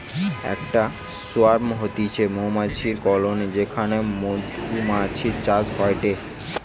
একটা সোয়ার্ম হতিছে মৌমাছির কলোনি যেখানে মধুমাছির চাষ হয়টে